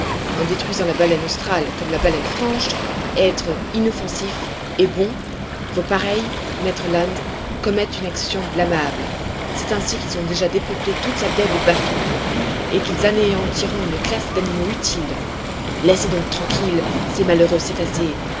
en détruisant la baleine australe comme la baleine franche êtres inoffensifs et bons vos pareils maître land commettent une action blâmable c'est ainsi qu'ils ont déjà dépeuplé toute la baie de baffin et qu'ils anéantiront une classe d'animaux utiles laissez donc tranquilles ces malheureux